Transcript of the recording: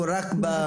(הצגת מצגת)